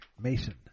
Mason